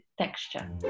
texture